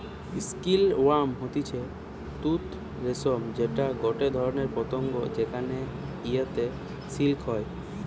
silk worm হতিছে তুত রেশম যেটা গটে ধরণের পতঙ্গ যেখান হইতে সিল্ক হয়